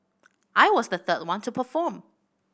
I was the third one to perform